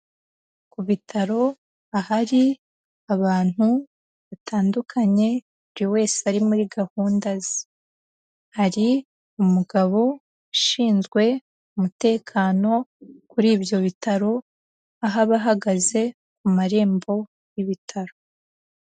Ku bitaro ahari abantu batandukanye, buri wese ari muri gahunda ze, hari umugabo ushinzwe umutekano kuri ibyo bitaro aho aba ahagaze ku marembo y'ibitaro.